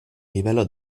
livello